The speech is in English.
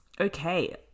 Okay